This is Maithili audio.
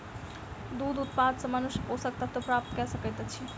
दूध उत्पाद सॅ मनुष्य पोषक तत्व प्राप्त कय सकैत अछि